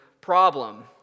problem